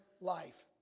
life